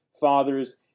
fathers